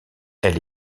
elle